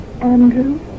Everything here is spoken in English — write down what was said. Andrew